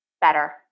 better